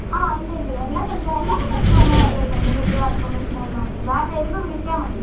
ആ ഉണ്ട് ഉണ്ട് എല്ലാ സ്ഥലത്തും എല്ലാത്തരം സ്ഥലത്തും അങ്ങനെ വരുന്നുണ്ട് ഫുഡും അക്കൊമഡേഷനും എല്ലാം ഉണ്ട് മാം വരുമ്പോൾ വിളിച്ചാൽ മതി